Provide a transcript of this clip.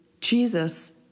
Jesus